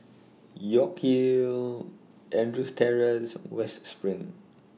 York Hill Andrews Terrace West SPRING